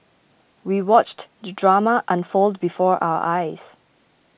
we watched the drama unfold before our eyes